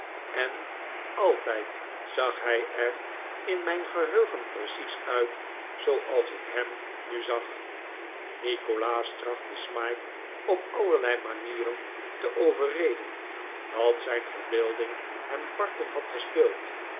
en altijd zag hij er in mijn geheugen precies uit zooals ik hem nu zag nikolaas trachtte smike op allerlei manieren te overreden dat zijn verbeelding hem parten had gespeeld